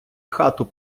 хату